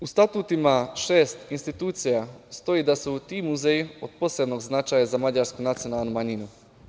U statutima šest institucija stoji da su ti muzeji od posebnog značaja za mađarsku nacionalnu manjinu.